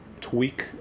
tweak